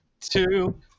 two